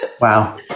Wow